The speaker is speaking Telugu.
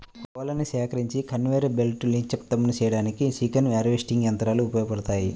కోళ్లను సేకరించి కన్వేయర్ బెల్ట్పై నిక్షిప్తం చేయడానికి చికెన్ హార్వెస్టర్ యంత్రాలు ఉపయోగపడతాయి